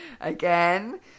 Again